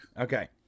okay